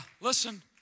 listen